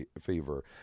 Fever